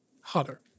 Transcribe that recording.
hotter